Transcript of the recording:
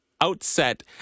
outset